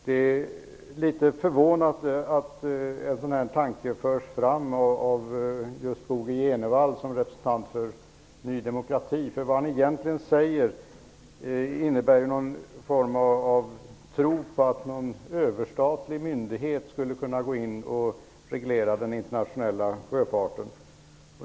Det är litet förvånande att en sådan här tanke förs fram av just Bo G Jenevall, som representerar Ny demokrati. Vad han egentligen säger innebär en tro på att en överstatlig myndighet skulle kunna gå in och reglera den internationella sjöfarten.